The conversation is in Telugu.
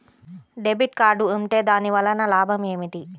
డెబిట్ కార్డ్ ఉంటే దాని వలన లాభం ఏమిటీ?